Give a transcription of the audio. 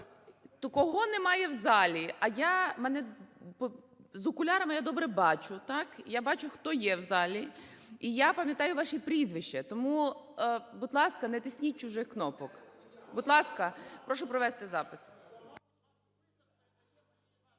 Кого немає в залі, а я… з окулярами я добре бачу, так, я бачу, хто є в залі, і я пам'ятаю ваші прізвища. Тому, будь ласка, не тисніть чужих кнопок. Будь ласка, прошу провести запис.